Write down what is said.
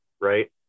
right